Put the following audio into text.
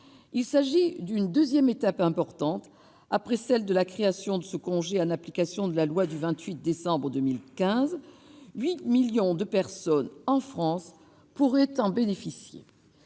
Il s'agit d'une deuxième étape importante, après celle de la création de ce congé en application de la loi du 28 décembre 2015 ; 8 millions de personnes, en France, pourraient en bénéficier.